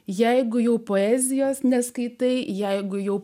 jeigu jau poezijos neskaitai jeigu jau